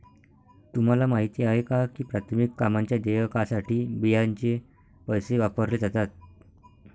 तुम्हाला माहिती आहे का की प्राथमिक कामांच्या देयकासाठी बियांचे पैसे वापरले जातात?